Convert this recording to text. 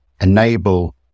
enable